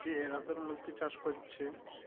যে এক হাজার মুরগি চাষ করছে